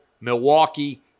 Milwaukee